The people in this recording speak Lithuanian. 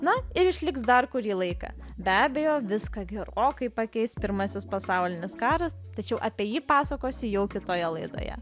na ir išliks dar kurį laiką be abejo viską gerokai pakeis pirmasis pasaulinis karas tačiau apie jį pasakosiu jau kitoje laidoje